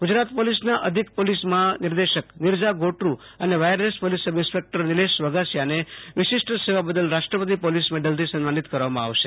ગુજરાત પોલીસના અધિક પોલીસ મહાનિર્દેશક નિરજા ગોટરૂ અને wireless police sub inspector Nilesh વધાસિયાને વિશિષ્ટ સેવા બદલ રાષ્ટ્રપતિ પોલીસ મેડલથી સન્માનિત કરવામાં આવશે